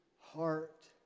heart